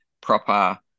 proper